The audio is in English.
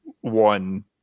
one